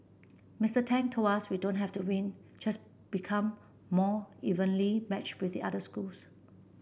Mister Tang told us we don't have to win just become more evenly matched with the other schools